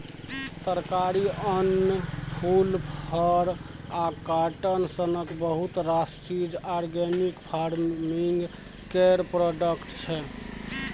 तरकारी, अन्न, फुल, फर आ काँटन सनक बहुत रास चीज आर्गेनिक फार्मिंग केर प्रोडक्ट छै